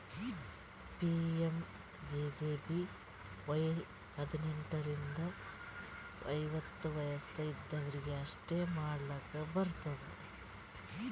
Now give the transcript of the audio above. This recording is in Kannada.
ಪಿ.ಎಮ್.ಜೆ.ಜೆ.ಬಿ.ವೈ ಹದ್ನೆಂಟ್ ರಿಂದ ಐವತ್ತ ವಯಸ್ ಇದ್ದವ್ರಿಗಿ ಅಷ್ಟೇ ಮಾಡ್ಲಾಕ್ ಬರ್ತುದ